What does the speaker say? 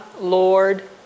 Lord